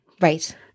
Right